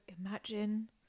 imagine